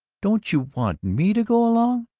don't you want me to go along?